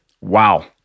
Wow